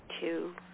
two